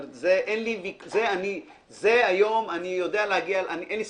זה היום אין לי ספק.